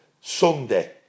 Sunday